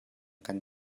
kan